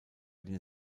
den